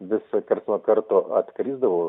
vis karts nuo karto atkrisdavau